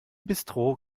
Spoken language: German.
bistro